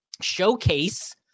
showcase